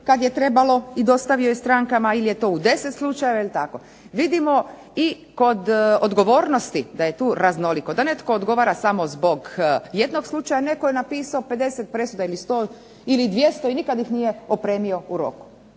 kad je trebalo i dostavio je strankama ili je to u 10 slučajeva ili tako. Vidimo i kod odgovornosti da je tu raznoliko, da netko odgovara samo zbog jednog slučaja. Netko je napisao 50 presuda ili 100 ili 200 i nikad ih nije opremio u roku.